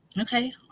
Okay